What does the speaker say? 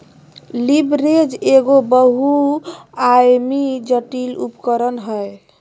leverage एगो बहुआयामी, जटिल उपकरण हय